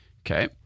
Okay